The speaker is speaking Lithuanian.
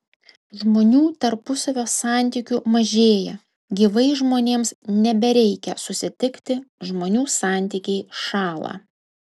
žmonių tarpusavio santykių mažėja gyvai žmonėms nebereikia susitikti žmonių santykiai šąla